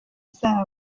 zabo